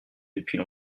depuis